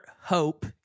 hope